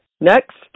Next